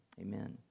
Amen